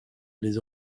les